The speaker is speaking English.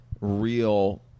real